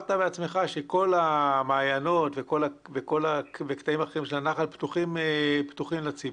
אמרת בעצמך שכל המעיינות והקטעים האחרים של הנחל פתוחים לציבור.